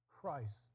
Christ